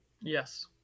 Yes